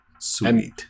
Sweet